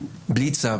בלי צו